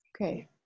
Okay